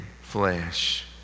flesh